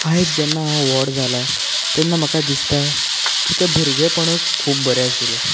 आयज जेन्ना हांव व्हड जाला तेन्ना म्हाका दिसता की तें भुरगेपणच खूब बरें आशिल्लें